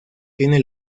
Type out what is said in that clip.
tiene